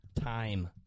time